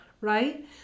Right